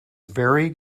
very